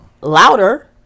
louder